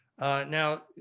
Now